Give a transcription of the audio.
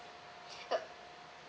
uh